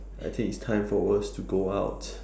I think it's time for us to go out